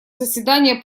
заседание